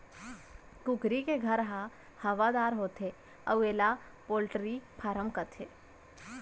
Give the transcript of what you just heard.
कुकरी के घर ह हवादार होथे अउ एला पोल्टी फारम कथें